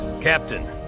Captain